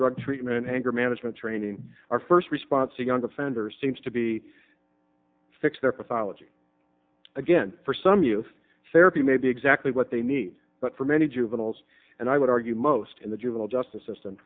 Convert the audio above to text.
drug treat anger management training our first response to young offenders seems to be fix their pathology again for some youth therapy may be exactly what they need but for many juveniles and i would argue most in the juvenile justice system